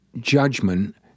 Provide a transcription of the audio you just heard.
Judgment